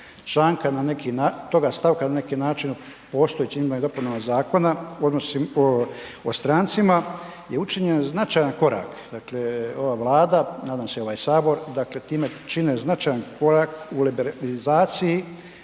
članka na neki način, toga stavka na neki način postojećim izmjenama i dopunama Zakona o strancima je učinjen značajan korak, dakle ova Vlada, nadam se i ovaj sabor, dakle time čine značajan korak u liberalizaciji